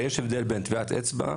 הרי יש הבדל בין טביעת אצבע,